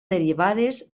derivades